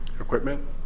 equipment